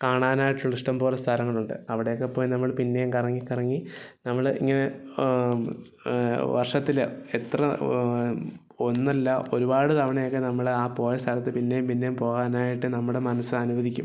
കാണാനായിട്ടുള്ള ഇഷ്ടം പോലെ സ്ഥലങ്ങളുണ്ട് അവിടെ ഒക്കെ പോയി നമ്മൾ പിന്നെയും കറങ്ങി കറങ്ങി നമ്മള് ഇങ്ങനെ വർഷത്തില് എത്ര ഒന്നല്ല ഒരുപാട് തവണയൊക്കെ നമ്മള് ആ പോയ സ്ഥലത്ത് പിന്നെയും പിന്നെയും പോകാനായിട്ട് നമ്മുടെ മനസ്സ് അനുവദിക്കും